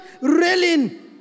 railing